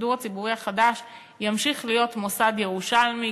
השידור הציבורי החדש ימשיך להיות מוסד ירושלמי.